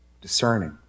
discerning